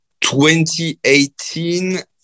2018